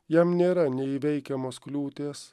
jam nėra neįveikiamos kliūties